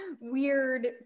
weird